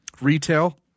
Retail